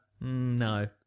No